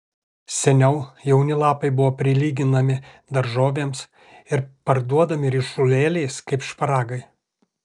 seniau jauni lapai buvo prilyginami daržovėms ir parduodami ryšulėliais kaip šparagai